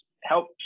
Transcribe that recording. help